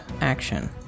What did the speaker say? action